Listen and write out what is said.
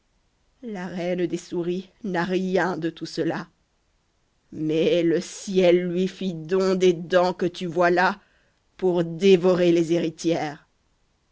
la reine des souris n'a rien de tout cela mais le ciel lui fit don des dents que tu vois là pour dévorer les héritières